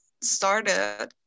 started